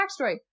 backstory